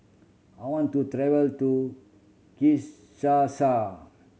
I want to travel to Kinshasa